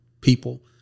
people